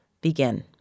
Begin